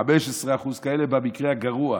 15% כאלה במקרה הגרוע.